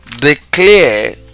declare